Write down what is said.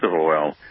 oil